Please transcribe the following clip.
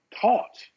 taught